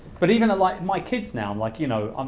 but even like my kids now, like you know,